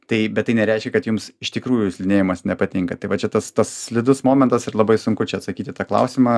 tai bet tai nereiškia kad jums iš tikrųjų slidinėjimas nepatinka tai va čia tas tas slidus momentas ir labai sunku čia atsakyt tą klausimą